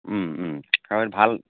ও ও ভাল